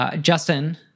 Justin